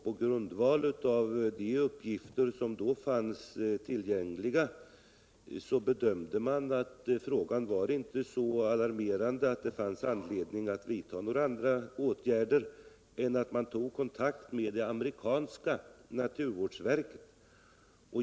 På grundval av de uppgifter som då fanns tillgängliga bedömde man inte frågan vara så alarmerande att det fanns anledning att vidta några andra åtgärder än att ta kontakt med det amerikanska naturvårdsverket.